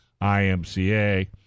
IMCA